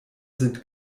sind